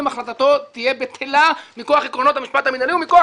החלטתו תהיה בטלה מכוח עקרונות המשפט המינהלי ומכוח